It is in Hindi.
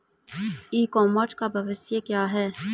ई कॉमर्स का भविष्य क्या है?